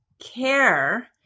care